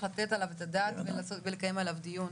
לתת עליו את הדעת ולקיים עליו דיון.